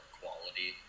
quality